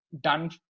done